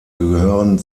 gehören